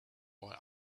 boy